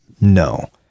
no